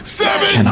seven